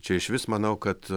čia išvis manau kad